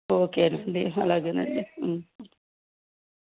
ఓకేనండి అలాగేనండి